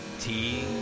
Tea